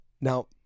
now